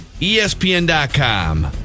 ESPN.com